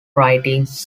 writings